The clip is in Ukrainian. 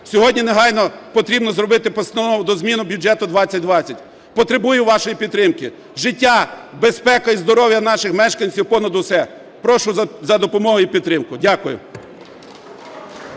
Сьогодні негайно потрібно зробити постанову про зміни до бюджету 2020. Потребую вашої підтримки. Життя, безпека і здоров'я наших мешканців понад усе! Прошу за допомогою і підтримкою. Дякую.